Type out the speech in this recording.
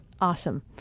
awesome